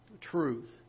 truth